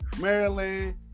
Maryland